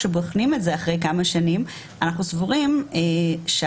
כשבוחנים את זה אחרי כמה שנים אנחנו סבורים שהבחינה